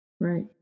Right